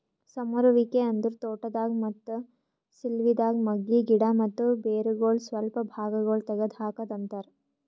ಸಮರುವಿಕೆ ಅಂದುರ್ ತೋಟದಾಗ್, ಮತ್ತ ಸಿಲ್ವಿದಾಗ್ ಮಗ್ಗಿ, ಗಿಡ ಮತ್ತ ಬೇರಗೊಳ್ ಸ್ವಲ್ಪ ಭಾಗಗೊಳ್ ತೆಗದ್ ಹಾಕದ್ ಅಂತರ್